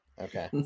okay